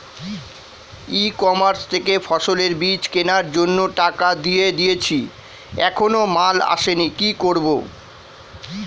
ই commerce থেকে ফসলের বীজ কেনার জন্য টাকা দিয়ে দিয়েছি এখনো মাল আসেনি কি করব?